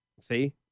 See